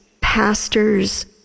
pastors